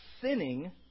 sinning